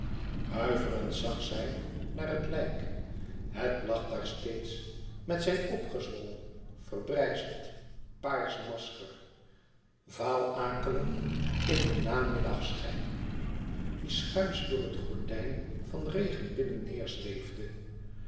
huiverend zag zij naar het lijk het lag daar steeds met zijn opgezwollen verbrijzeld paars masker vaal akelig in den valschen namiddagschijn die schuins door het gordijn van regen binnen